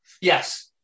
Yes